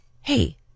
hey